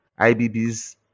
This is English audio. IBB's